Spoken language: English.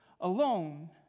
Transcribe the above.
alone